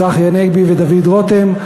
צחי הנגבי ודוד רותם,